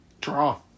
Draw